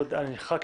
אני רוצה לדעת